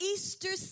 Easter